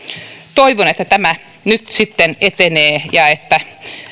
toivon että tämä nyt sitten etenee ja että